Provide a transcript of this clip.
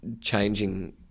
changing